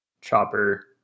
chopper